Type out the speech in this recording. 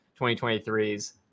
2023s